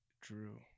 Drew